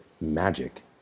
Magic